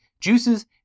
Juices